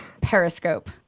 periscope